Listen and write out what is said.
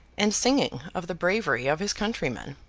and singing of the bravery of his countrymen.